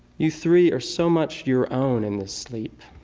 you three are so much your own in this sleep.